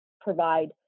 provide